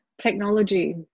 Technology